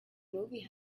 movie